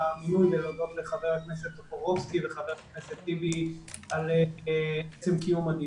ולהודות לחבר הכנסת טופורובסקי וחבר הכנסת טיבי על עצם קיום הדיון.